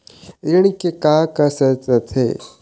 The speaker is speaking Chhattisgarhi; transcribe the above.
ऋण के का का शर्त रथे?